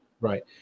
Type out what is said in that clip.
Right